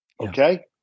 okay